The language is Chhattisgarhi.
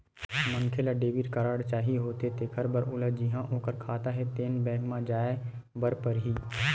मनखे ल डेबिट कारड चाही होथे तेखर बर ओला जिहां ओखर खाता हे तेन बेंक म जाए बर परही